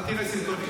אל תראה סרטונים.